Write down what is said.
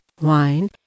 wine